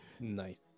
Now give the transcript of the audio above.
Nice